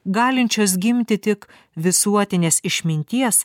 galinčios gimti tik visuotinės išminties